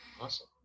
Awesome